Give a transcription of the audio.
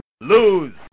lose